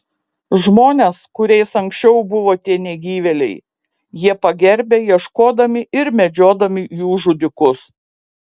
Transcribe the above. žmones kuriais anksčiau buvo tie negyvėliai jie pagerbia ieškodami ir medžiodami jų žudikus